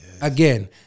Again